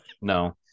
No